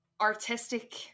artistic